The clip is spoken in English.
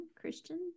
Christian